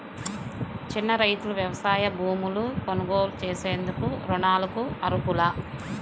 చిన్న రైతులు వ్యవసాయ భూములు కొనుగోలు చేసేందుకు రుణాలకు అర్హులా?